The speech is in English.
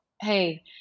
Hey